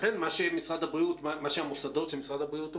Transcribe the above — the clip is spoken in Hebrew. לכן מה שהמוסדות של משרד הבריאות או